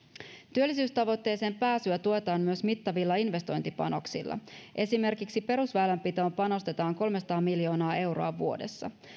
työllisyystavoitteeseen pääsyä tuetaan myös mittavilla investointipanoksilla esimerkiksi perusväylänpitoon panostetaan kolmesataa miljoonaa euroa vuodessa